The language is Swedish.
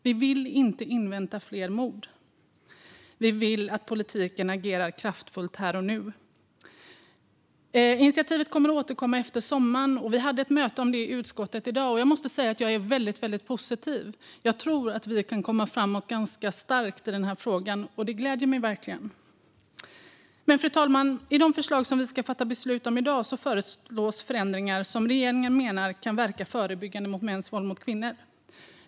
Vi vill inte invänta fler mord. Vi vill att man inom politiken agerar kraftfullt här och nu. Initiativet kommer att återkomma efter sommaren. Vi hade ett möte om detta i utskottet i dag, och jag är väldigt positiv. Jag tror att vi kan komma fram starkt i denna fråga, och det gläder mig verkligen. Fru talman! I det som vi ska fatta beslut om i dag finns förslag på förändringar som enligt regeringen kan verka förebyggande mot mäns våld mot kvinnor.